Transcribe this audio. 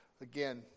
again